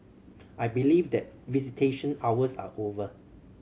I believe that visitation hours are over